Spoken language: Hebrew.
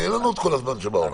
אין לנו כל הזמן שבעולם.